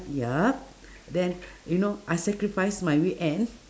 yup then you know I sacrifice my weekends